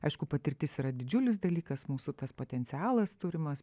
aišku patirtis yra didžiulis dalykas mūsų tas potencialas turimas